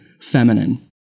feminine